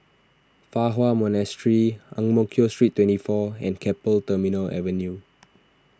Fa Hua Monastery Ang Mo Kio Street twenty four and Keppel Terminal Avenue